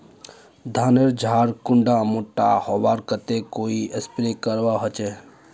धानेर झार कुंडा मोटा होबार केते कोई स्प्रे करवा होचए?